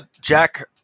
Jack